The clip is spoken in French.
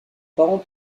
parents